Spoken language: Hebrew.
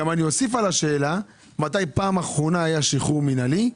אני אוסיף על השאלה ואשאל מתי פעם אחרונה היה שחרור מינהלי ,